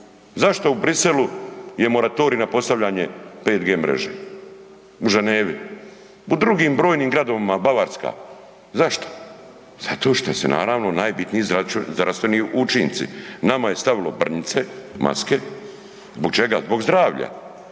Zašto u Bruxellesu je moratorij na postavljanje 5G mreže? U Ženevi? U drugim brojnim gradovima, Bavarska. Zašto? Zato šta se naravno najbitnije izrađuju zdravstveni učinci. Nama je stavilo brnjice, maske, zbog čega? Zbog zdravlja